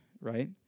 right